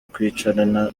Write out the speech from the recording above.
kwicarana